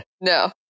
no